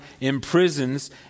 imprisons